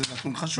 זה נתון חשוב.